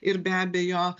ir be abejo